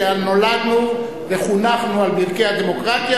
שנולדנו וחונכנו על ברכי הדמוקרטיה,